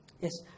Yes